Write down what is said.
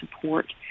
support